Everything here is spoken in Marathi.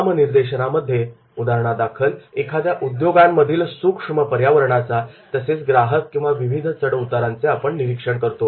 नामनिर्देशनामध्ये उदाहरणादाखल एखाद्या उद्योगांमधील सूक्ष्म पर्यावरणाचा तसेच ग्राहक आणि विविध चढ उतारांचे आपण निरीक्षण करतो